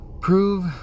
prove